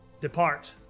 depart